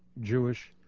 Jewish